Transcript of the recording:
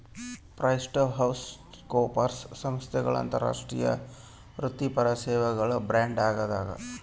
PricewaterhouseCoopers ಸಂಸ್ಥೆಗಳ ಅಂತಾರಾಷ್ಟ್ರೀಯ ವೃತ್ತಿಪರ ಸೇವೆಗಳ ಬ್ರ್ಯಾಂಡ್ ಆಗ್ಯಾದ